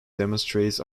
demonstrates